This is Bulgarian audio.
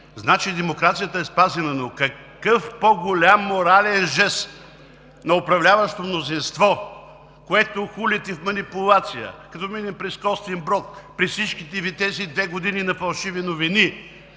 значи демокрацията е спазена. Но какъв по-голям морален жест на управляващото мнозинство, което хулите в манипулация – като минем през Костинброд, през всичките Ви тези две години на фалшиви новини?